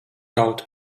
kaut